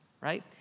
Right